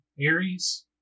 Aries